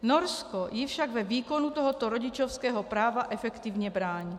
Norsko jí však ve výkonu tohoto rodičovského práva efektivně brání.